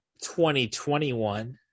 2021